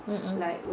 mm mm